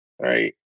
Right